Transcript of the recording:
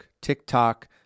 TikTok